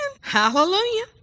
Hallelujah